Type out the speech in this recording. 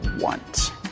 want